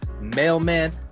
mailman